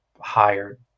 hired